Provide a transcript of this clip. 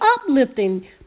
uplifting